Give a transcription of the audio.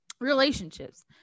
relationships